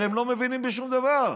הרי הם לא מבינים בשום דבר.